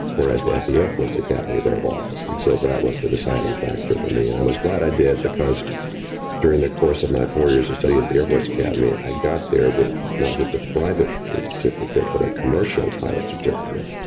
whereas at the air force academy, there was, and so that was the deciding factor for me. and i was glad i did because during the course of my four years of study at the air force academy, i got there with not just a private certificate, but a commercial pilot's certificate.